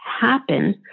happen